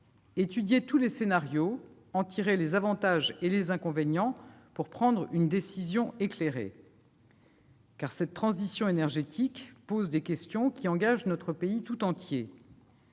étudier tous les scénarios, en détailler les avantages et les inconvénients pour prendre une décision éclairée. En effet, cette transition énergétique pose des questions qui engagent notre pays tout entier.